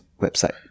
website